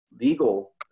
legal